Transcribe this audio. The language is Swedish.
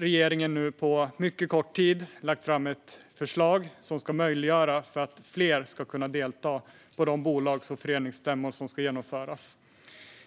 Regeringen har därför på mycket kort tid lagt fram ett förslag som ska möjliggöra för fler att delta på de bolags och föreningsstämmor som ska genomföras.